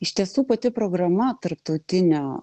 iš tiesų pati programa tarptautinio